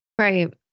Right